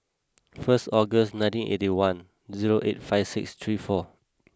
first August nineteen eighty one zero eight five six three four